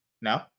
No